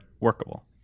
workable